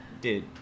Dude